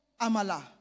Amala